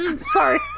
Sorry